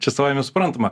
čia savaime suprantama